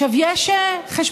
עכשיו יש חשבונות